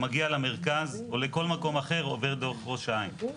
שמגיע למרכז או לכל מקום אחר, עובר דרך ראש העין.